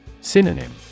Synonym